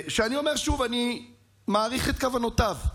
שאני אומר שוב, אני מעריך את כוונותיו.